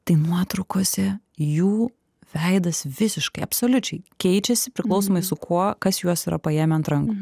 tai nuotraukose jų veidas visiškai absoliučiai keičiasi priklausomai su kuo kas juos yra paėmę ant rankų